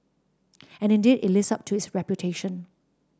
and indeed it lives up to its reputation